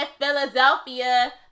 Philadelphia